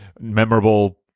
memorable